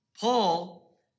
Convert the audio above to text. Paul